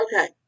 Okay